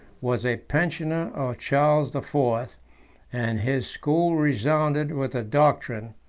was a pensioner of charles the fourth and his school resounded with the doctrine,